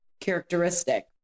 characteristic